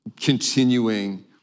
continuing